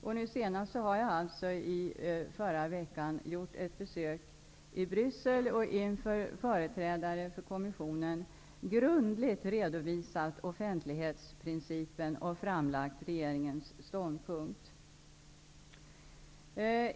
Så sent som förra veckan gjorde jag ett besök i Bryssel. Inför företrädare för Kommissionen har jag grundligt redovisat offentlighetsprincipen och framlagt regeringens ståndpunkt.